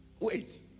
Wait